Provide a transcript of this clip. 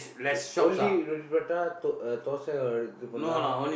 o~ only prata thosai இது பண்ணு:ithu pannu lah